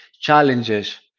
challenges